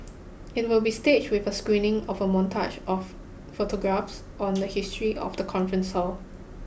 it will be staged with a screening of a montage of photographs on the history of the conference hall